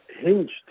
hinged